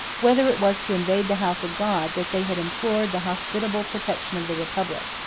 whether it was to invade the house of god, that they had implored the hospitable protection of the republic.